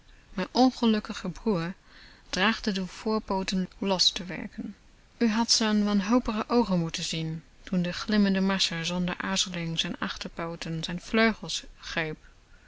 mijn ongelukkige broer trachtte de voorpooten los te werken u had z'n wanhopige oogen moeten zien toen de glimmende massa zonder aarzeling z'n achterpooten z'n vleugels greep